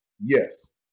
yes